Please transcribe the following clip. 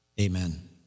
Amen